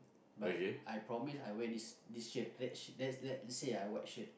but I promise I wear this this shirt red let let's say I white shirt